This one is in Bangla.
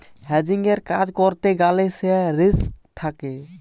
হেজিংয়ের কাজ করতে গ্যালে সে রিস্ক থাকে